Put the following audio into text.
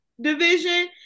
division